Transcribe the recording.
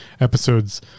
episodes